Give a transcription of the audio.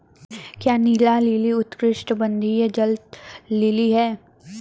क्या नीला लिली उष्णकटिबंधीय जल लिली है?